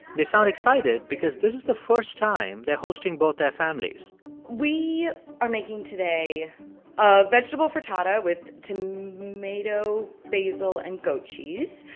they sound excited because this is the first time they're hosting both their families we are making today a vegetable frittata with tomato, basil and goat cheese.